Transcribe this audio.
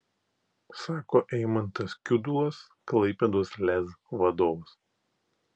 sako eimantas kiudulas klaipėdos lez vadovas